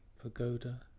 pagoda